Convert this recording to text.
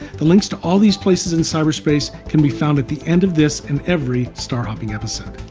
the links to all these places in cyberspace can be found at the end of this and every star hopping episode.